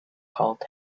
cold